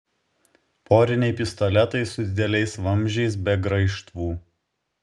poriniai pistoletai su dideliais vamzdžiais be graižtvų